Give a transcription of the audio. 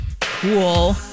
Cool